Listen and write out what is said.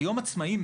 היום עצמאיים,